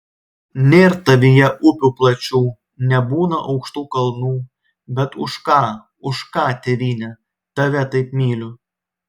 nėr tavyje upių plačių nebūna aukštų kalnų bet už ką už ką tėvyne tave taip myliu